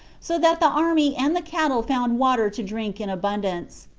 so that the army and the cattle found water to drink in abundance.